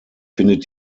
findet